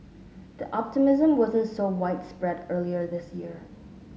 the optimism wasn't so widespread earlier this year